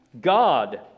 God